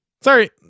sorry